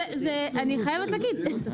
אני חייבת להגיד,